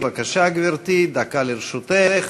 בבקשה, גברתי, דקה לרשותך.